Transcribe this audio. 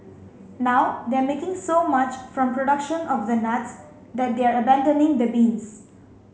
now they're making so much from production of the nuts that they're abandoning the beans